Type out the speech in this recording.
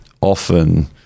Often